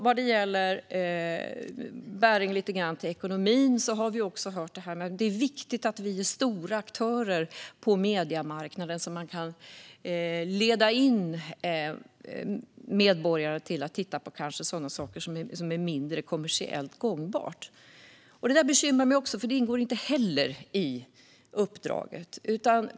Vad gäller ekonomin har vi hört detta att det är viktigt att vi är stora aktörer på mediemarknaden så att vi kan leda medborgarna till att titta på sådant som kanske är mindre kommersiellt gångbart. Det bekymrar mig också, för det ingår inte heller i uppdraget.